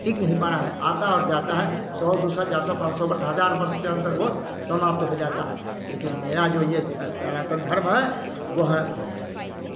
टिक नहीं पा रहा है आता और जाता है सौ दो सौ चार सौ पाँच सौ का दस हज़ार वर्ष के अंदर वह समाप्त हो जाता है लेकिन मेरा जो यह च सनातन धर्म है वह